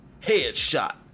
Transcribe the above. Headshot